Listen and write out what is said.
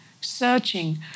searching